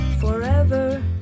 forever